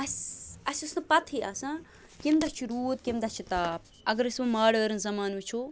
اَسہِ اَسہِ ٲس نہٕ پَتہٕے آسان کَمہِ دۄہ چھُ روٗد کَمہِ دۄہ چھُ تاپھ اَگر أسۍ وۄنۍ ماڈٲرٕن زَمانہٕ وُچھو